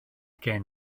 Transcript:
gen